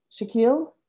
Shaquille